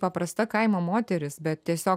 paprasta kaimo moteris bet tiesiog